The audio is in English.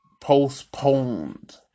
Postponed